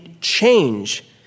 change